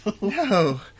No